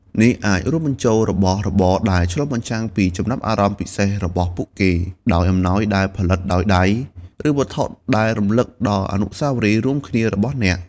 នេះអាចរួមបញ្ចូលរបស់របរដែលឆ្លុះបញ្ចាំងពីចំណាប់អារម្មណ៍ពិសេសរបស់ពួកគេ ដោយអំណោយដែលផលិតដោយដៃ ឬវត្ថុដែលរំលឹកដល់អនុស្សាវរីយ៍រួមគ្នារបស់អ្នក។